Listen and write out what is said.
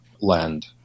land